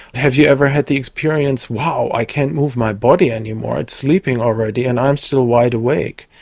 have you ever had the experience wow, i can't move my body anymore, it's sleeping already, and i am still wide awake.